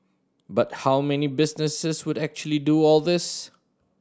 but how many businesses would actually do all this